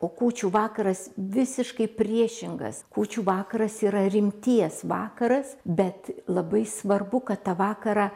o kūčių vakaras visiškai priešingas kūčių vakaras yra rimties vakaras bet labai svarbu kad tą vakarą